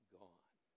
gone